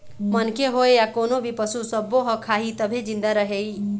मनखे होए य कोनो भी पसू सब्बो ह खाही तभे जिंदा रइही